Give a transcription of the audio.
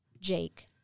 Jake